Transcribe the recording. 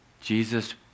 Jesus